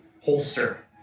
holster